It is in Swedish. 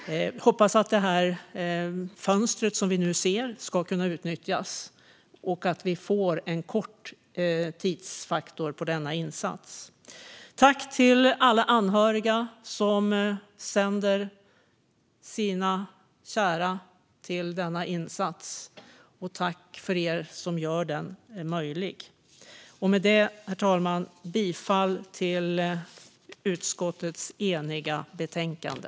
Jag hoppas att fönstret vi ser nu kan utnyttjas och att vi får en kort tidsfaktor på denna insats. Tack till alla anhöriga som sänder sina kära till denna insats! Tack till er som gör den möjlig! Med det, herr talman, yrkar jag bifall till förslagen i utskottets eniga betänkande.